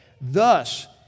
Thus